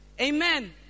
Amen